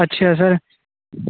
ਅੱਛਾ ਸਰ